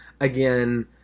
Again